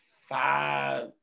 five